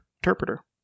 interpreter